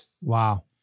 Wow